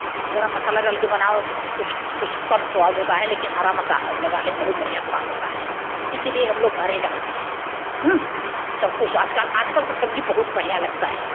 गर्म मसाला डाल के बनाओ तो कुछ कुछ कम स्वाद होता है लेकिन हरा मसाला डालने में बहुत बढ़िया स्वाद होता है इसी लिए हम लोग हरा डालते हैं सब कुछ आज कल आज कल तो सब्ज़ी बहुत बढ़िया लगती है